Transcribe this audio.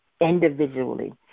individually